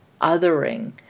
othering